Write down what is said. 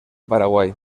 paraguay